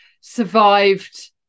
survived